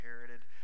inherited